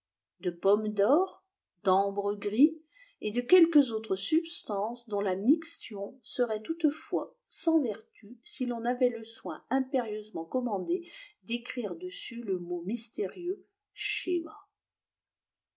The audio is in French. de pomme d or d ambre gris et de quelques autres substances dont la mixtion serait toutefois sans vertu si ton avait le soin impérieusement commandé d écrire dessus le mot mystérieux